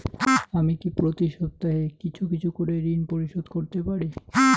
আমি কি প্রতি সপ্তাহে কিছু কিছু করে ঋন পরিশোধ করতে পারি?